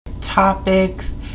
topics